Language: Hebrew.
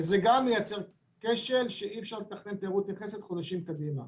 זה גם גורם לכשל שאי-אפשר לתכנון תיירות נכנסת חודשים קדימה.